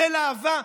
ליל אהבה,